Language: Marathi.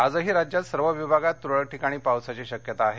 आजही राज्यात सर्व विभागात तुरळक ठिकाणी पावसाची शक्यता आहे